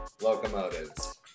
locomotives